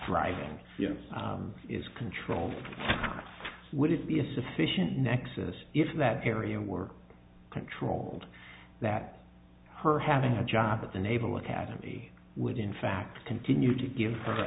writing is controlled would it be a sufficient nexus if that area were controlled that her having a job at the naval academy would in fact continue to give